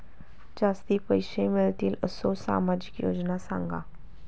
जास्ती पैशे मिळतील असो सामाजिक योजना सांगा?